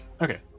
Okay